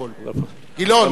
גילאון, זה לא רק,